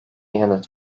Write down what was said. yanıt